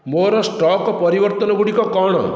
ମୋର ଷ୍ଟକ୍ ପରିବର୍ତ୍ତନଗୁଡ଼ିକ କ'ଣ